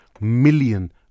million